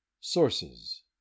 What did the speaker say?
Sources